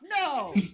No